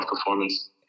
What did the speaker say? performance